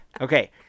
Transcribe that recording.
Okay